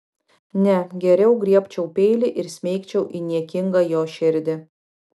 ne geriau griebčiau peilį ir smeigčiau į niekingą jo širdį